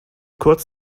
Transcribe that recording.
kurz